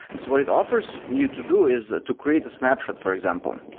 so what it offers you to do is ah to create a snapshot, for example,